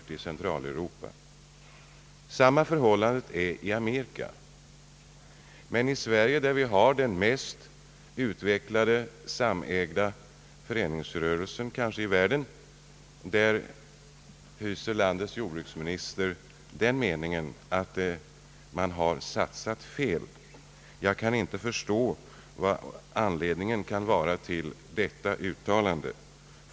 Det är samma förhållande i Amerika. Men i Sverige, där vi har den kanske mest utvecklade samägda föreningsrörelsen i världen, hyser landets jordbruksminister den meningen att vi har satsat fel. Jag kan inte förstå vad anledningen kan vara till detta uttalande.